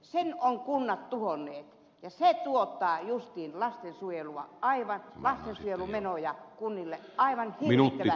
sen ovat kunnat tuhonneet ja se juuri tuottaa lastensuojelumenoja kunnille aivan hirvittävän määrän